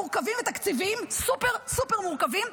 מורכבים ותקציביים סופר-סופר-מורכבים,